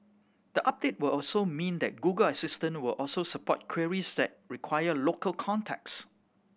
the update will also mean that Google Assistant will also support queries that require local context